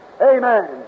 Amen